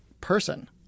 person